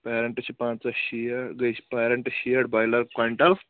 پیرَنٹہٕ چھِ پانٛژاہ شیٹھ گٔے پیرَنٹہٕ شیٹھ بۄیِلَر کۄینٛٹَل